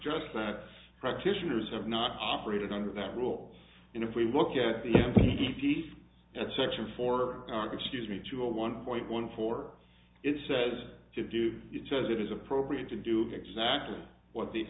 suggests that practitioners have not operated under that rule and if we look at the m p e piece at section four excuse me to a one point one four it says to do it says it is appropriate to do exactly what the